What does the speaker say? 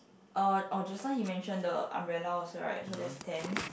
uh oh just now he mentioned the umbrella also right so there's ten